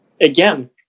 again